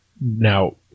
Now